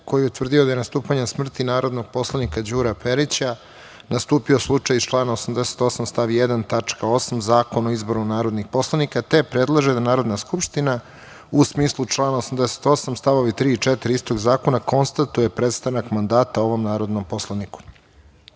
koji je utvrdio da je nastupanjem smrti narodnog poslanika Đura Perića, nastupio slučaj iz člana 88. stav 1. tačka 8) Zakona o izboru narodnih poslanika, te predlaže da Narodna skupština u smislu člana 88. stavovi 3. i 4. istog zakona konstatuje prestanak mandata ovom narodnom poslaniku. Saglasno